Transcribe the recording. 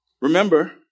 Remember